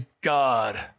God